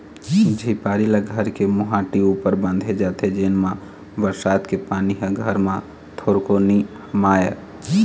झिपारी ल घर के मोहाटी ऊपर बांधे जाथे जेन मा बरसात के पानी ह घर म थोरको नी हमाय